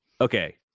Okay